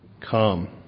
come